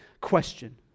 question